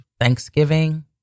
Thanksgiving